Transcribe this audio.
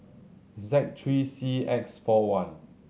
Z three C X four one